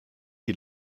die